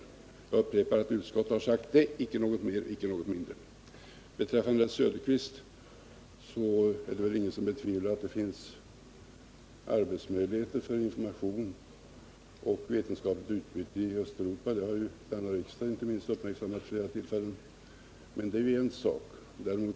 Jag upprepar att utskottet har sagt detta — icke något mer, icke något mindre. Beträffande herr Söderqvist vill jag säga att det väl inte är någon som betvivlar att det finns arbetsmöjligheter i Östeuropa när det gäller information och vetenskapligt utbyte. Det har inte minst denna riksdag uppmärksammat vid flera tillfällen. Men det är ju en sak.